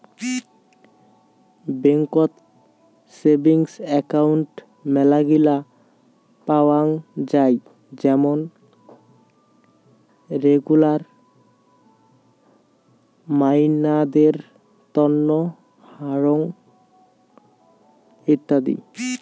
বেংকত savings account মেলাগিলা পাওয়াং যাই যেমন রেগুলার, মাইয়াদের তন্ন, হারং ইত্যাদি